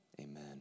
Amen